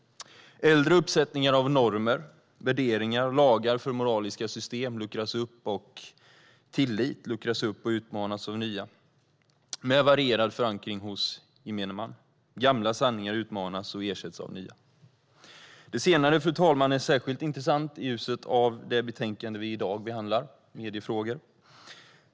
Äldre uppsättningar av normer, värderingar och lagar för moraliska system och tillit luckras upp och utmanas av nya, med varierad förankring hos gemene man. Gamla sanningar utmanas och ersätts av nya. Det senare, fru talman, är särskilt intressant i ljuset av det betänkande om mediefrågor vi i dag behandlar.